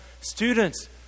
students